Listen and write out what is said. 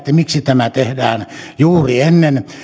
miksi tämä tehdään juuri ennen